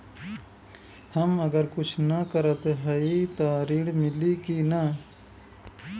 हम अगर कुछ न करत हई त ऋण मिली कि ना?